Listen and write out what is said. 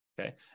Okay